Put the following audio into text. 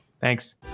Thanks